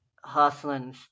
hustling